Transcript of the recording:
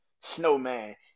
Snowman